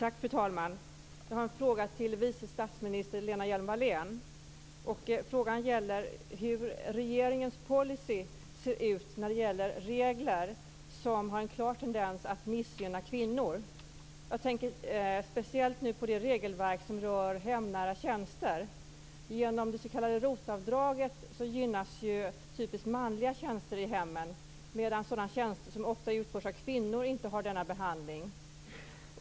Fru talman! Jag har en fråga till vice statsminister Lena Hjelm-Wallén. Frågan gäller hur regeringens policy ser ut när det gäller regler som har en klar tendens att missgynna kvinnor. Jag tänker speciellt på det regelverk som rör hemnära tjänster. Genom det s.k. ROT-avdraget gynnas typiskt manliga tjänster i hemmen. Sådana tjänster som ofta utförs av kvinnor har inte denna behandling.